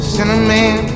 Cinnamon